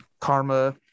karma